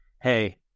Hey